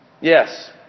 Yes